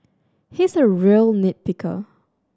he is a real nit picker